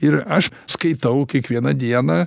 ir aš skaitau kiekvieną dieną